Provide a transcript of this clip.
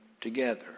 together